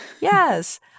Yes